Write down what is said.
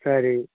சரி